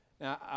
Now